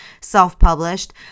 self-published